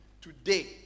today